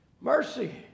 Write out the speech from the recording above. Mercy